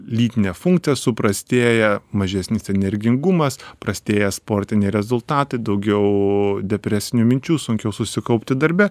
lytinė funkcija suprastėja mažesnis energingumas prastėja sportiniai rezultatai daugiau depresinių minčių sunkiau susikaupti darbe